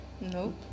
Nope